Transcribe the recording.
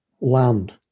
land